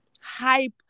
hype